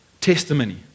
testimony